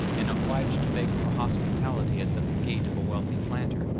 and obliged to beg for hospitality at the gate of a wealthy planter,